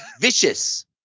vicious